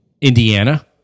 Indiana